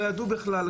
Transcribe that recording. לא ידעו בכלל,